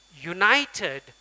united